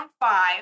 five